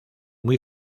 muy